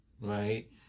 Right